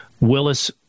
Willis